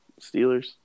Steelers